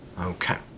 Okay